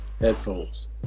Headphones